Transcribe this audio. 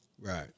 Right